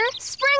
spring